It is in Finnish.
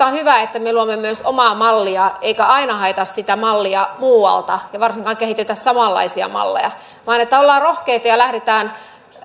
on hyvä että me luomme myös omaa mallia emmekä aina hae sitä mallia muualta emmekä varsinkaan kehitä samanlaisia malleja vaan ollaan rohkeita ja lähdetään